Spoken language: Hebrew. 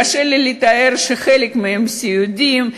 וקשה לי לתאר שחלק מהם סיעודיים,